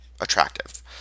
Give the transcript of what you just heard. attractive